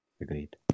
Agreed